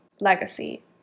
legacy